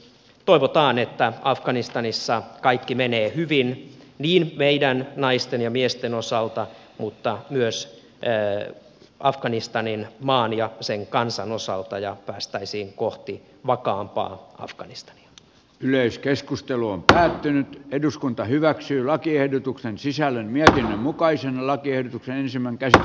toivotaan että afganistanissa kaikki menee hyvin niin meidän naisten ja miesten osalta kuin myös afganistanin maan ja sen kansan osalta ja että päästäisiin kohti vakaampaa afganistania yleiskeskustelu on päättynyt eduskunta hyväksyi lakiehdotuksen sisällön via mukaisella tiedotuksen ensin on käytävä